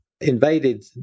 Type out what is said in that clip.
invaded